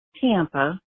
Tampa